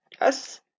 Yes